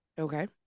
Okay